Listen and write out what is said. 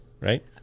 right